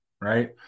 right